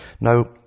Now